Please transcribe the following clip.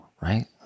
right